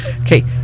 Okay